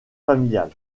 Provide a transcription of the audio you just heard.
familiale